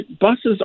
Buses